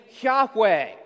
Yahweh